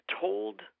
told